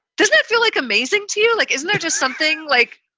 doesn't it feel like amazing to you? like, is there just something like,